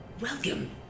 welcome